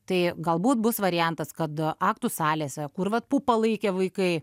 tai galbūt bus variantas kad aktų salėse kur vat pupą laikė vaikai